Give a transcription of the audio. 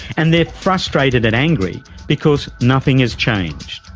and they're frustrated and angry because nothing has changed.